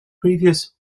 previous